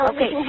Okay